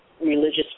religious